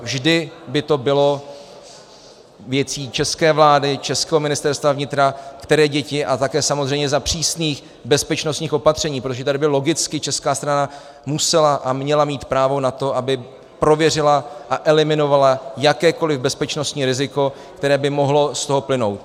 Vždy by to bylo věcí české vlády, českého Ministerstva vnitra, které děti a také samozřejmě za přísných bezpečnostních opatření, protože tady by logicky česká strana musela a měla mít právo na to, aby prověřila a eliminovala jakékoliv bezpečnostní riziko, které by z toho mohlo plynout.